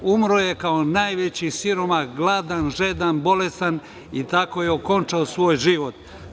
Umro je kao najveći siromah, gladan, žedan, bolestan i tako je okončao svoj život.